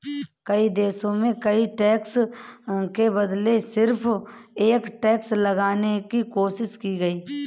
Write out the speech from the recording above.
कई देशों में कई टैक्स के बदले सिर्फ एक टैक्स लगाने की कोशिश की गयी